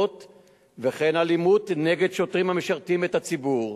וכן אלימות נגד שוטרים המשרתים את הציבור,